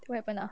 what happen ah